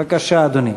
בבקשה, אדוני.